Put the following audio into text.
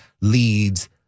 leads